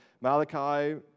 Malachi